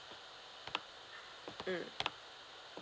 mm